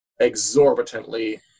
exorbitantly